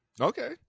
Okay